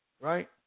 right